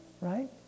right